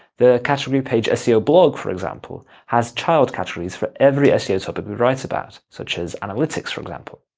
the category page seo blog, for example, has child categories for every seo topic we write about, such as analytics for example.